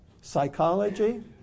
psychology